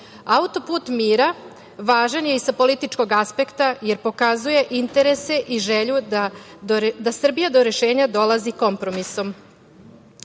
Mira važan je i sa političkog aspekta, jer pokazuje interese i želju da Srbija do rešenja dolazi kompromisom.